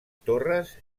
torres